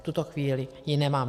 V tuto chvíli ji nemám.